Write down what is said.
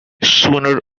sooner